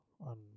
on